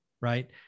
right